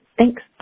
Thanks